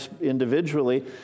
individually